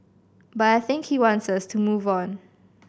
but I think he wants us to move on